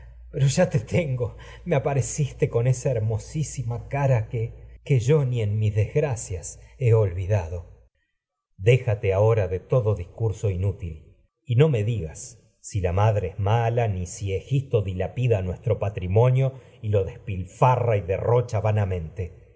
al ya me apa reciste con esa hermosísima cara que ni en mis des gracias he olvidado orestes déjate ahora de todo discurso inútil y no me digas si la madre es mala ni si egisto dilapida nues patrimonio y tro lo despilfarra nos y derrocha vanamente